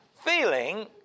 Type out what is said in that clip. feeling